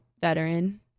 veteran